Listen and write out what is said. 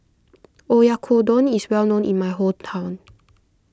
Oyakodon is well known in my hometown